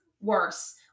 worse